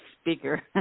speaker